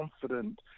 confident